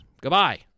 Goodbye